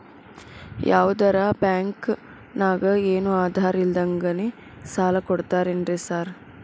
ಯಾವದರಾ ಬ್ಯಾಂಕ್ ನಾಗ ಏನು ಆಧಾರ್ ಇಲ್ದಂಗನೆ ಸಾಲ ಕೊಡ್ತಾರೆನ್ರಿ ಸಾರ್?